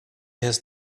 has